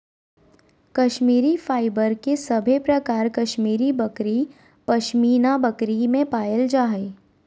Kashmiri fibre के सभे प्रकार कश्मीरी बकरी, पश्मीना बकरी में पायल जा हय